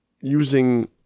using